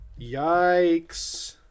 Yikes